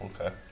okay